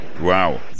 wow